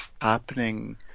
happening